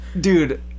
Dude